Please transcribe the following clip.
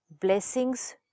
blessings